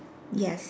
yes